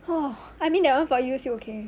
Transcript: woa~ I mean that one for you still okay